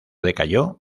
decayó